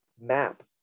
map